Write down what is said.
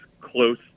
close